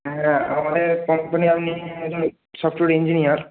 হ্যাঁ আমাদের কোম্পানির আপনি জন সফটওয়্যার ইঞ্জিনিয়ার